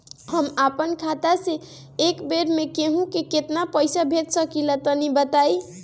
हम आपन खाता से एक बेर मे केंहू के केतना पईसा भेज सकिला तनि बताईं?